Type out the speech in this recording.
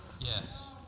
Yes